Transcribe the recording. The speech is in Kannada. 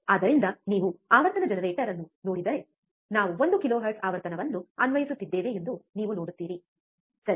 ಆದ್ದರಿಂದ ನೀವು ಆವರ್ತನ ಜನರೇಟರ್ ಅನ್ನು ನೋಡಿದರೆ ನಾವು ಒಂದು ಕಿಲೋಹೆರ್ಟ್ಜ್ ಆವರ್ತನವನ್ನು ಅನ್ವಯಿಸುತ್ತಿದ್ದೇವೆ ಎಂದು ನೀವು ನೋಡುತ್ತೀರಿ ಸರಿ